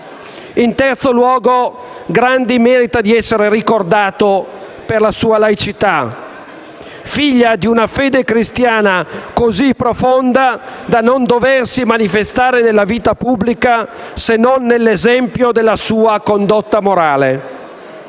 In terzo luogo, Grandi merita di essere ricordato per la sua laicità, figlia di una fede cristiana così profonda da non doversi manifestare nella vita pubblica se non nell'esempio della sua condotta morale.